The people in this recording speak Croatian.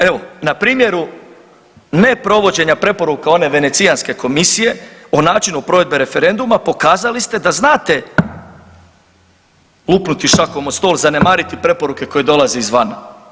Evo na primjeru ne provođenja preporuka one Venecijanske komisije o načinu provedbe referenduma pokazali ste da znate lupnuti šakom o stol i zanemariti preporuke koje dolaze izvana.